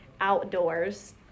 outdoors